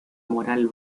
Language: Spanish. moral